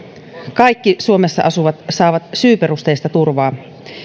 kaikki suomessa asuvat saavat syyperusteista turvaa